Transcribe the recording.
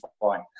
fine